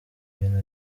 bintu